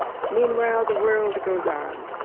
meanwhile the world goes on.